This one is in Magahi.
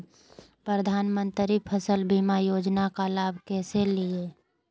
प्रधानमंत्री फसल बीमा योजना का लाभ कैसे लिये?